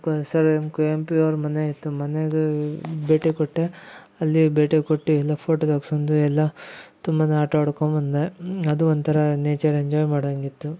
sir ಎಮ್ ಕುವೆಂಪು ಅವರ ಮನೆ ಐತೆ ಮನೆಗೆ ಭೇಟಿ ಕೊಟ್ಟೆ ಅಲ್ಲಿ ಭೇಟಿ ಕೊಟ್ಟು ಎಲ್ಲಾ ಪೋಟೋ ತೆಗ್ಸ್ಕೊಂಡು ಎಲ್ಲಾ ತುಂಬಾನೇ ಆಟ ಆಡ್ಕೊಂಡು ಬಂದೆ ಅದು ಒಂಥರ ನೇಚರ್ ಎಂಜಾಯ್ ಮಾಡಂಗೆ ಇತ್ತು